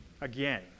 again